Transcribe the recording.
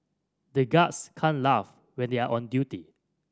the guards can't laugh when they are on duty